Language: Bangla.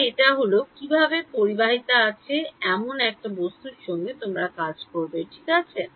তাহলে এটা হল কিভাবে পরিবাহিতা আছে এমন একটা বস্তুর সঙ্গে তোমরা কাজ করবে ঠিক আছে